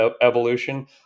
evolution